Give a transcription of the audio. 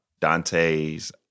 Dante's